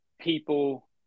people